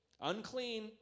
unclean